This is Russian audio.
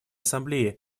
ассамблеи